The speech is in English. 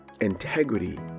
integrity